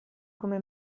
come